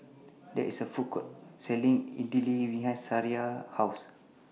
There IS A Food Court Selling Idili behind Sariah's House